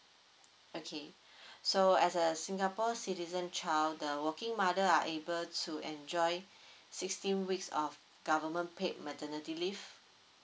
okay so as a singapore citizen child the working mother are able to enjoy sixteen weeks of government paid maternity leave